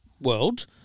world